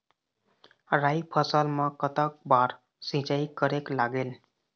राई फसल मा कतक बार सिचाई करेक लागेल?